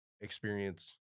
experience